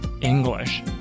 English